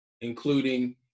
including